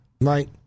Right